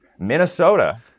Minnesota